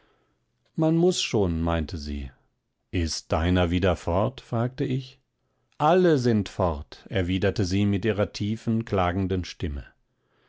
man muß schon meinte sie ist deiner wieder fort fragte ich alle sind fort erwiderte sie mit ihrer tiefen klagenden stimme